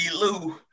Lou